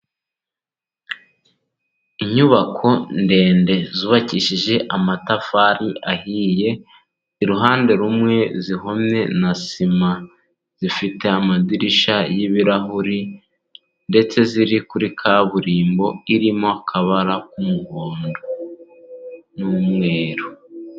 Inyubako ndende zubakishije amatafari ahiye. Iruhande rumwe zihomye na sima, zifite amadirishya y'ibirahuri, ndetse ziri kuri kaburimbo irimo akabara k'umuhondo n'umweru.